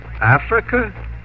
Africa